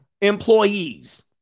employees